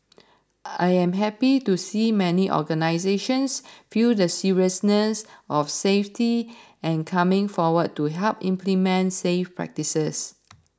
I am happy to see many organisations view the seriousness of safety and coming forward to help implement safe practices